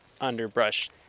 underbrush